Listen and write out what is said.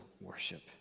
worship